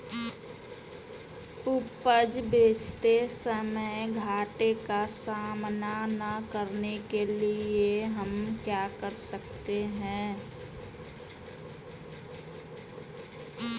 उपज बेचते समय घाटे का सामना न करने के लिए हम क्या कर सकते हैं?